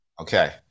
Okay